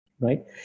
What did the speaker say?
Right